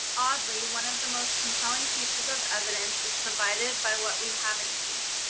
oddly, one of the most compelling pieces of evidence is provided by what we haven't seen.